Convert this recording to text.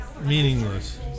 meaningless